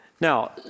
Now